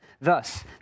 Thus